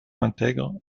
intègre